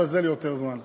אבל זה דורש יותר זמן.